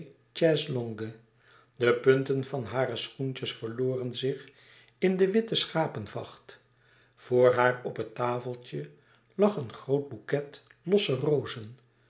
chaise-longue de punten van hare schoentjes verloren zich in de witte schapenvacht voor haar op het tafeltje lag een groote bouquet losse rozen